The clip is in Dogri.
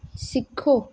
सिक्खो